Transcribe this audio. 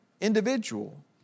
individual